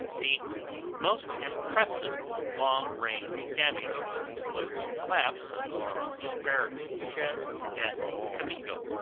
the most impressive long range damage was the collapse of some of the barracks sheds at kamigo,